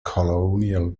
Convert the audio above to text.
colonial